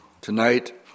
Tonight